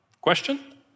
Question